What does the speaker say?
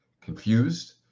confused